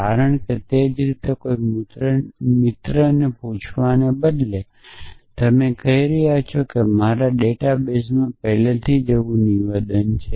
કારણ કે તે જ રીતે કોઈ મિત્રને પૂછવાના બદલે તમે કહી રહ્યા છો કે મારા ડેટાબેસમાં પહેલેથી જ એવું નિવેદન છે